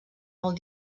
molt